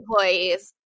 employees